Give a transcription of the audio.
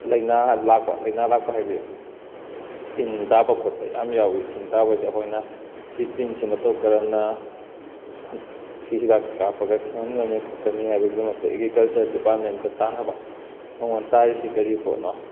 ꯂꯩꯅꯥ ꯂꯥꯛꯄ ꯂꯩꯅꯥ ꯂꯥꯛꯄ ꯍꯥꯏꯕꯗꯤ ꯇꯤꯟ ꯇꯥꯕ ꯈꯣꯠꯄ ꯌꯥꯝ ꯌꯥꯎꯏ ꯇꯤꯟ ꯇꯥꯕꯁꯦ ꯑꯩꯈꯣꯏꯅ ꯁꯤ ꯇꯤꯟꯁꯦ ꯃꯇꯧ ꯀꯔꯝꯅ ꯁꯤ ꯍꯤꯗꯥꯛꯁꯦ ꯀꯥꯞꯄꯒ ꯈꯪꯍꯟꯒꯅꯤ ꯈꯣꯠꯀꯅꯤ ꯍꯥꯏꯕꯒꯤꯗꯃꯛꯇꯥ ꯑꯦꯒ꯭ꯔꯤꯀꯜꯆꯔ ꯗꯤꯄꯥꯔꯠꯃꯦꯟꯀꯥ ꯇꯥꯟꯅꯕ ꯃꯥꯉꯣꯟꯗ ꯇꯥꯔꯤꯁꯤ ꯀꯔꯤ ꯄꯣꯠꯅꯣ